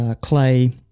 clay